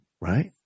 Right